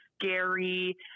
scary